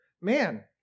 man